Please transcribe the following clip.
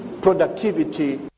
productivity